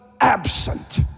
absent